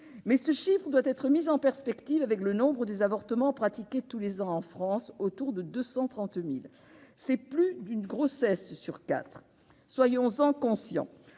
ce chiffre doit être mis en perspective avec le nombre des avortements pratiqués tous les ans en France, autour de 230 000. Cela représente plus d'une grossesse sur quatre. Soyons-en conscients.